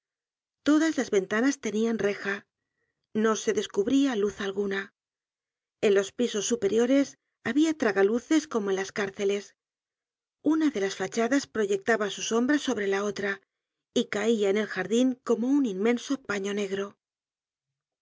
todas las ventanasenian reja no se descubría luz alguna en los pisos superiores había tragaluces como en las cárceles una de las fachadas proyectaba su sombra sobre la otra y caia en el jardin como un inmenso paño negro